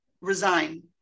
resign